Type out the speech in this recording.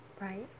right